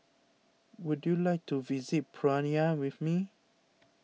would you like to visit Praia with me